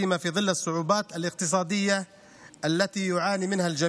בייחוד בצל הקשיים הכלכליים שכולם סובלים מהם,